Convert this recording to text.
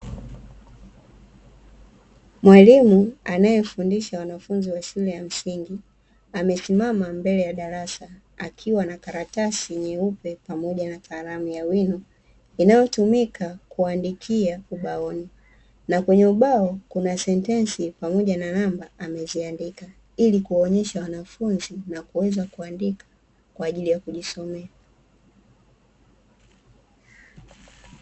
Mwalimu anayefundisha wanafunzi wa shule ya msingi, amesimama mbele ya darasa akiwa na karatasi nyeupe pamoja na kalamu ya wino, inayotumika kuandikia ubaoni na kwenye ubao kuna sentensi pamoja na namba ameziandika, ili kuwaonyesha wanafunzi na kuweza kuandika kwa ajili ya kujisomea.